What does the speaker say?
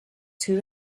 two